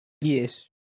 Yes